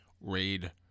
raid